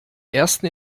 ersten